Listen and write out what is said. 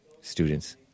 students